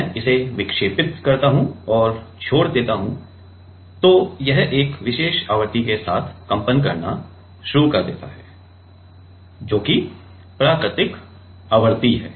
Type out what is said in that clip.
मैं इसे विक्षेपित करता हूं और छोड़ देता हूं कि यह एक विशेष आवृत्ति के साथ कंपन करना शुरू कर देता है जो कि प्राकृतिक आवृत्ति है